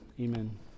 Amen